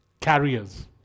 carriers